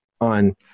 on